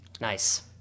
Nice